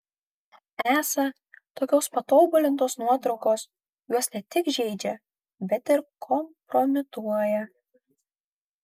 esą tokios patobulintos nuotraukos juos ne tik žeidžia bet ir kompromituoja